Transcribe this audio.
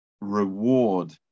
reward